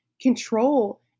control